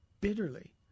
bitterly